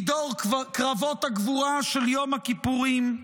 מדור קרבות הגבורה של יום הכיפורים,